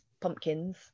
pumpkins